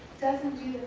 doesn't do